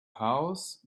house